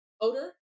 odor